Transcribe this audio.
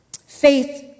Faith